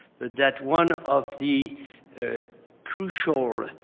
but that one of the crucial